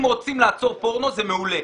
אם רוצים לעצור פורנו, זה מעולה.